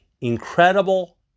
incredible